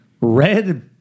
Red